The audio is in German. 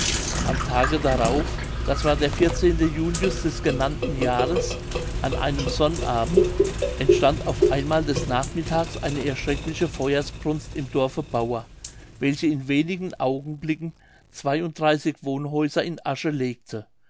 am tage darauf das war der vierzehnte junius des genannten jahres an einem sonnabend entstand auf einmal des nachmittags eine erschreckliche feuersbrunst im dorfe bauer welche in wenigen augenblicken zwei und dreißig wohnhäuser in asche legte